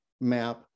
map